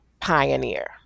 pioneer